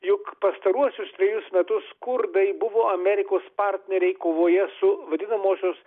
juk pastaruosius dvejus metus kurdai buvo amerikos partneriai kovoje su vadinamosios